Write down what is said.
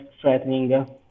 threatening